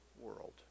world